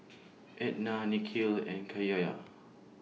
Etna Nikhil and